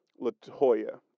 Latoya